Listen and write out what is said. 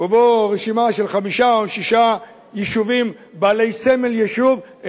ובו רשימה של חמישה או שישה יישובים בעלי סמל יישוב,